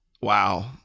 Wow